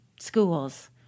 schools